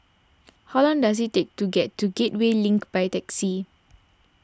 how long does it take to get to Gateway Link by taxi